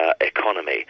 Economy